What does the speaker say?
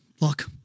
look